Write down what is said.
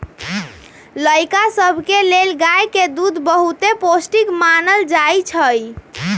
लइका सभके लेल गाय के दूध बहुते पौष्टिक मानल जाइ छइ